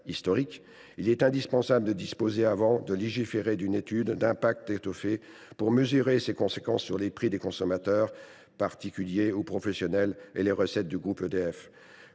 il est indispensable de disposer, avant de légiférer, d’une étude d’impact étoffée, afin d’en mesurer les conséquences sur les prix pour les consommateurs, particuliers comme professionnels, et les recettes du groupe EDF.